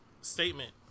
statement